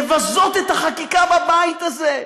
לבזות את החקיקה בבית הזה.